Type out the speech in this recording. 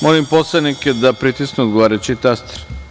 Molim poslanike da pritisnu odgovarajući taster.